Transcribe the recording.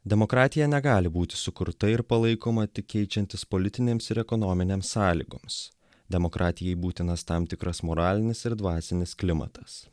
demokratija negali būti sukurta ir palaikoma tik keičiantis politinėms ir ekonominėm sąlygoms demokratijai būtinas tam tikras moralinis ir dvasinis klimatas